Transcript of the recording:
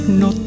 no